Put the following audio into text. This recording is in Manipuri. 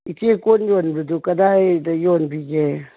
ꯏꯆꯦ ꯀꯣꯟ ꯌꯣꯟꯕꯗꯨ ꯀꯗꯥꯏꯗ ꯌꯣꯟꯕꯤꯒꯦ